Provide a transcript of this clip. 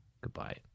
Goodbye